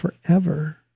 forever